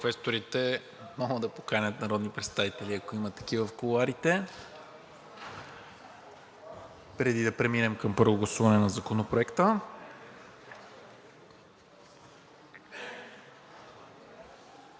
отново да поканят народните представители, ако има такива в кулоарите, преди да преминем към първо гласуване на Законопроекта.